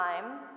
time